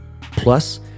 Plus